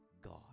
God